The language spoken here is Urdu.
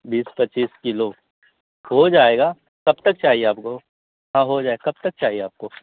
بیس پچیس کلو ہو جائے گا کب تک چاہیے آپ کو ہاں ہو جائے گا کب تک چاہیے آپ کو